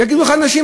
יגידו לך אנשים,